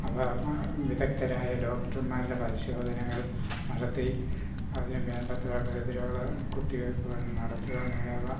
അവ വിദഗ്ദ്ധരായ ഡോക്ടർമാരുടെ പരിശോധനകൾ നടത്തി അതിനു വേണ്ടത്ര പ്രതിരോധം കുത്തിവെപ്പുകൾ നടത്തുക അഥവാ